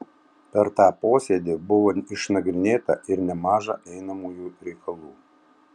per tą posėdį buvo išnagrinėta ir nemaža einamųjų reikalų